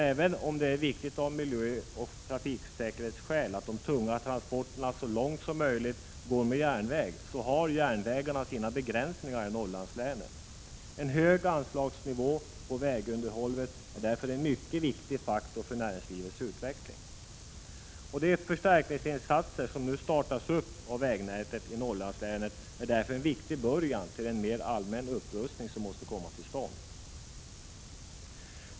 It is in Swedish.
Även om det är viktigt av miljöoch trafiksäkerhetsskäl att de tunga transporterna så långt möjligt går med järnväg, så har järnvägarna sina begränsningar i Norrlandslänen. En hög anslagsnivå för vägunderhållet är därför en mycket viktig faktor för näringslivets utveckling. De förstärkningsinsatser av vägnätet i Norrlandslänen som nu startas är därför en viktig början på en mer allmän upprustning som måste komma till stånd.